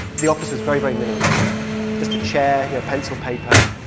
the office was very, very minimalist just a chair, you know, pencil, paper,